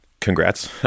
Congrats